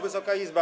Wysoka Izbo!